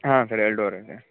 ಹಾಂ ಸರ್ ಎರಡೂವರೆಗೆ